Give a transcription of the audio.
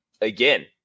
again